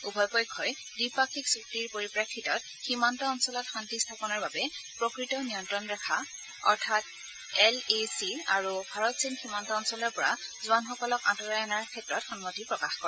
উভয় পক্ষই দ্বিপাক্ষীক চুক্তি পৰিপ্ৰেক্ষিতত সীমান্ত অঞ্চলত শান্তি স্থাপনৰ বাবে প্ৰকৃত নিয়ন্ত্ৰণ ৰেখা এল এ চিত আৰু ভাৰত চীন সীমান্ত অঞ্চলৰ পৰা জোৱানসকলক আঁতৰাই অনাৰ ক্ষেত্ৰত সন্মতি প্ৰকাশ কৰে